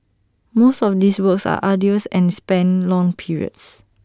most of these works are arduous and span long periods